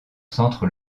centre